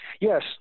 Yes